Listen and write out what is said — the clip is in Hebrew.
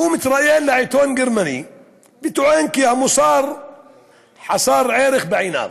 הוא מתראיין לעיתון גרמני וטוען שהמוסר חסר ערך בעיניו.